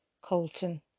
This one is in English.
Colton